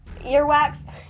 earwax